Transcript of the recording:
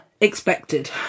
expected